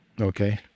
okay